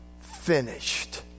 finished